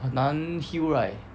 很难 heal right